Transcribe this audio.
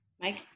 Mike